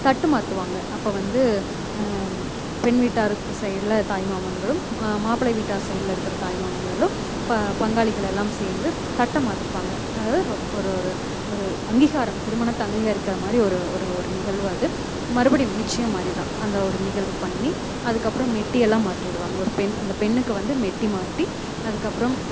தட்டு மாற்றுவாங்க அப்போ வந்து பெண் வீட்டாருக்கு சைடுல தாய்மாமன்களும் மாப்பிள்ளை வீட்டார் சைடுல இருக்கிற தாய் மாமன்களும் ப பங்காளிகள் எல்லாம் சேர்ந்து தட்டை மாற்றிப்பாங்க அதாவது ரொ ஒரு ஒரு ஒரு அங்கீகாரம் திருமணத்தை அங்கீகரிக்கிற மாதிரி ஒரு ஒரு ஒரு நிகழ்வு அது மறுபடியும் நிச்சியம் மாதிரி தான் அந்த ஒரு நிகழ்வு பண்ணி அதுக்கப்புறம் மெட்டியெல்லாம் மாட்டி விடுவாங்க ஒரு பெண் அந்த பெண்ணுக்கு வந்து மெட்டி மாட்டி அதுக்கப்புறம்